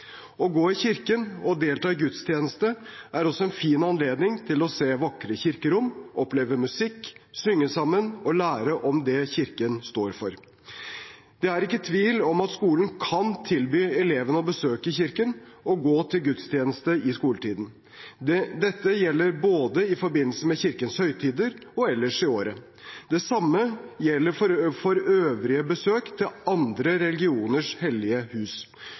Å gå i kirken og delta i gudstjeneste er også en fin anledning til å se vakre kirkerom, oppleve musikk, synge sammen og lære om det Kirken står for. Det er ikke tvil om at skolen kan tilby elevene å besøke kirken og gå til gudstjeneste i skoletiden. Dette gjelder både i forbindelse med Kirkens høytider og ellers i året. Det samme gjelder for øvrige besøk til andre religioners hellige hus.